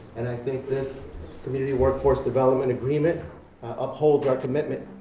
and i think this community workforce development agreement upholds our commitment.